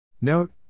Note